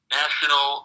national